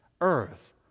earth